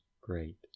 great